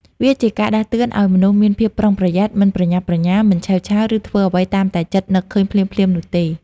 វាជាការដាស់តឿនឱ្យមនុស្សមានភាពប្រុងប្រយ័ត្ន មិនប្រញាប់ប្រញាល់ មិនឆេវឆាវ ឬធ្វើអ្វីតាមតែចិត្តនឹកឃើញភ្លាមៗនោះទេ។